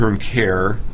care